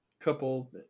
couple